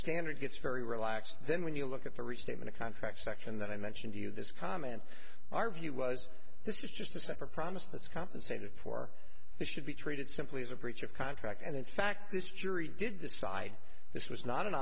standard gets very relaxed then when you look at the restatement contracts section that i mentioned to you this comment our view was this is just a simple promise that's compensated for and should be treated simply as a breach of contract and in fact this jury did decide this was not an